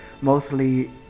mostly